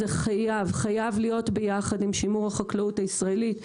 זה חייב חייב להיות ביחד עם שימור החקלאות הישראלית,